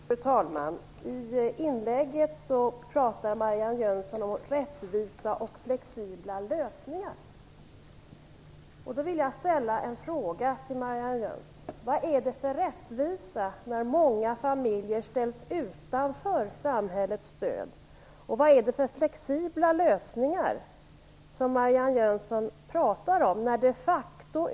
Fru talman! I inlägget pratar Marianne Jönsson om rättvisa och flexibla lösningar. Jag vill då ställa en fråga till Marianne Jönsson. Vad är det för rättvisa när många familjer ställs utanför samhällets stöd? Vad är det för flexibla lösningar som Marianne Jönsson pratar om?